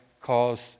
cause